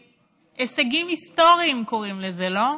הישגים היסטוריים קוראים לזה, לא?